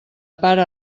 pare